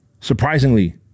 surprisingly